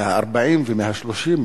מה-40,000 ומה-30,000,